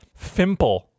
Fimple